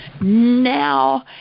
now